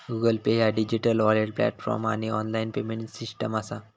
Google Pay ह्या digital wallet platform आणि online payment system असा